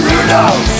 Rudolph